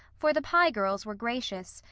for the pye girls were gracious,